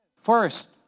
First